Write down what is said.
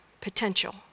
potential